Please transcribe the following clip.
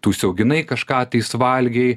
tu užsiauginai kažką tai suvalgei